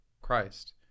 christ